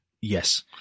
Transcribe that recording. Yes